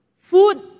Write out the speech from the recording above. Food